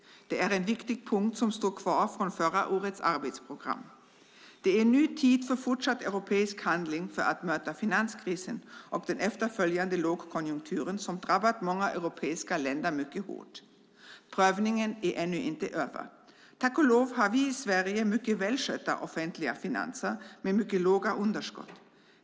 Det är en viktig punkt som står kvar från förra årets arbetsprogram. Det är nu tid för fortsatt europeisk handling för att möta finanskrisen och den efterföljande lågkonjunkturen som drabbat många europeiska länder mycket hårt. Prövningen är ännu inte över. Tack och lov har vi i Sverige mycket välskötta offentliga finanser med mycket låga underskott.